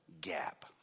gap